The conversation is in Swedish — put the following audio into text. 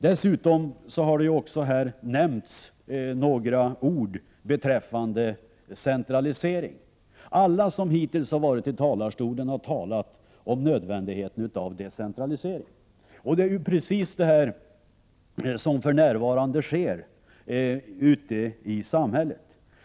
Det har här också sagts några ord beträffande centralisering. Alla som hittills har varit uppei talarstolen har talat om nödvändigheten av decentralisering. Det är precis det som för närvarande sker ute i samhället.